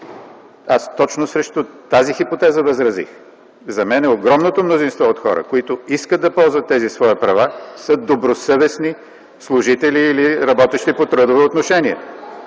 Точно срещу тази хипотеза възразих. За мен огромното мнозинство от хора, които искат да ползват тези свои права, са добросъвестни служители или работещи по трудово правоотношение.